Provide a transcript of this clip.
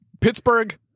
Pittsburgh